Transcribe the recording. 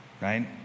Right